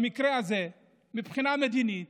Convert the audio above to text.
במקרה הזה, מבחינה מדינית,